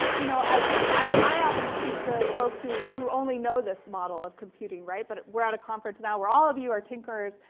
you know, i often speak to folks who who only know this model of computing. right? but we're at a conference now where all of you are tinkerers,